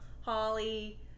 Holly